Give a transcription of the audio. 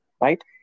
right